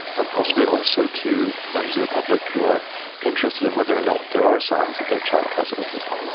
and possibly also to members of the public who are interested in whether or not there are signs that their child has autism.